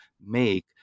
make